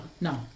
No